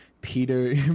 Peter